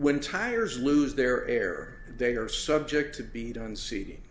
when tires lose their air they are subject to be done seeding